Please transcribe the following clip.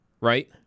right